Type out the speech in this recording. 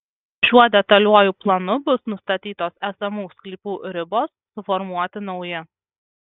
šiuo detaliuoju planu bus nustatytos esamų sklypų ribos suformuoti nauji